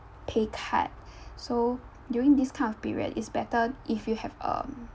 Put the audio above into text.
pay cut so during this kind of period it's better if you have um